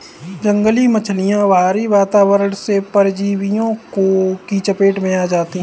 जंगली मछलियाँ बाहरी वातावरण से परजीवियों की चपेट में आ जाती हैं